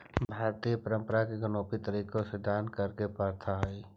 भारतीय परंपरा में गोपनीय तरीका से दान करे के प्रथा हई